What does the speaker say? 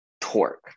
torque